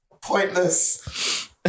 pointless